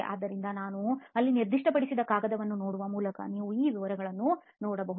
ಆದ್ದರಿಂದ ನಾನು ಅಲ್ಲಿ ನಿರ್ದಿಷ್ಟಪಡಿಸಿದ ಕಾಗದವನ್ನು ನೋಡುವ ಮೂಲಕ ನೀವು ಈ ವಿವರಗಳನ್ನು ನೋಡಬಹುದು